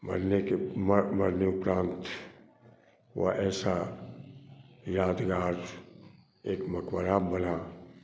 मरने के उपरांत वह ऐसा यादगार एक मक़बरा बना